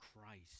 Christ